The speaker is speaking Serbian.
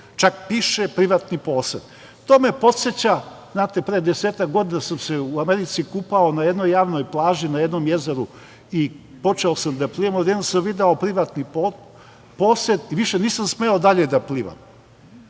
čak piše privatni posed. To me podseća, znate, pre desetak godina sam se u Americi kupao na jednoj javnoj plaži, na jednom jezeru i počeo sam da plivam i odjednom sam video privatni posed i više nisam smeo dalje da plivam. Jezera,